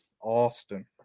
Austin